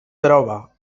troba